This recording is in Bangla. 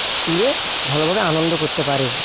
ট্যুরে ভালোভাবে আনন্দ করতে পারে